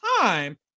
time